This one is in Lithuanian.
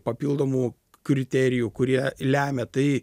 papildomų kriterijų kurie lemia tai